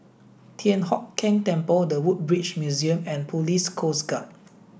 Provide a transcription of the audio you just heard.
Thian Hock Keng Temple The Woodbridge Museum and Police Coast Guard